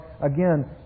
again